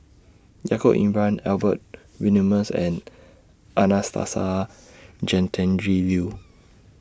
Yaacob Ibrahim Albert Winsemius and Anastasia Tjendri Liew